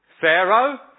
Pharaoh